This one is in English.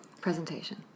Presentation